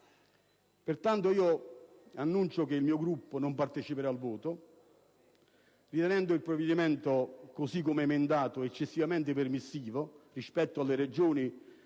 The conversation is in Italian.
Pertanto, annuncio che il mio Gruppo non parteciperà al voto, ritenendo il provvedimento, così come emendato, eccessivamente permissivo rispetto alle ragioni